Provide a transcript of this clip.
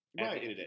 Right